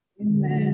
Amen